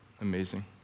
Amazing